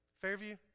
Fairview